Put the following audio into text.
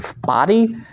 body